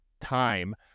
time